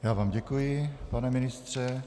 Já vám děkuji, pane ministře.